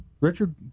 Richard